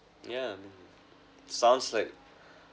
yeah mm sounds like